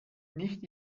nicht